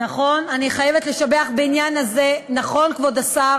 נכון, כבוד השר.